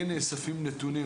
כן נאספים נתונים,